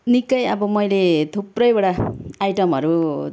निकै अब मैले थुप्रैवटा आइटमहरू